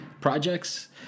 Projects